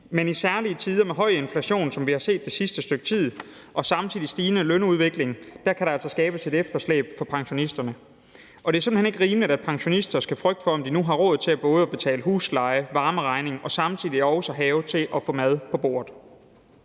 men i særlige tider med høj inflation, som vi har set det sidste stykke tid, samtidig med en stigende lønudvikling kan der altså skabes et efterslæb for pensionisterne. Og det er simpelt hen ikke rimeligt, at pensionister skal frygte for, om de nu har råd til både at betale husleje, varmeregning og samtidig også have til at få mad på bordet;